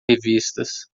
revistas